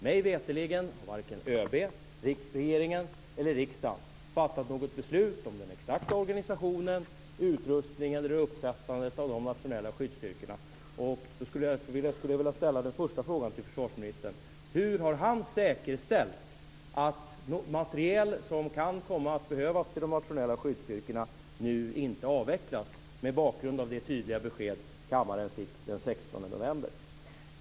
Mig veterligen har varken ÖB, regeringen eller riksdagen fattat något beslut om den exakta organisationen, utrustningen eller uppsättandet av de nationella skyddsstyrkorna. Jag skulle därför vilja ställa en första fråga till försvarsministern. Hur har han säkerställt att materiel som kan komma att behövas till de nationella skyddsstyrkorna nu inte avvecklas, mot bakgrund av det tydliga besked kammaren fick den 16 november 2000?